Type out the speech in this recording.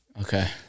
Okay